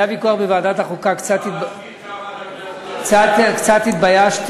היה ויכוח בוועדת החוקה, קצת התביישתי.